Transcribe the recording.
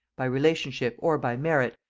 by relationship, or by merit,